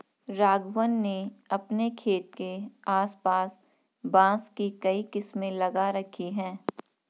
राघवन ने अपने खेत के आस पास बांस की कई किस्में लगा रखी हैं